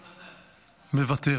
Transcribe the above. מוותר.